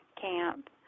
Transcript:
camp